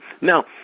Now